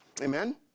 Amen